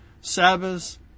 Sabbaths